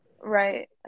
Right